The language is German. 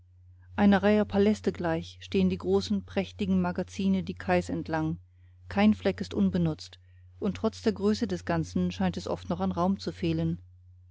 einer reihe paläste gleich stehen die großen prächtigen magazine die quais entland kein fleck ist unbenutzt und trotz der größe des ganzen scheint es oft noch an raum zu fehlen